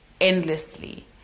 endlessly